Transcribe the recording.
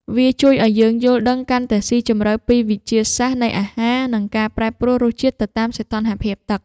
វាជួយឱ្យយើងយល់ដឹងកាន់តែស៊ីជម្រៅពីវិទ្យាសាស្ត្រនៃអាហារ និងការប្រែប្រួលរសជាតិទៅតាមសីតុណ្ហភាពទឹក។